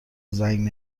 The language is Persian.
زنگ